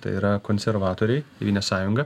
tai yra konservatoriai tėvynės sąjunga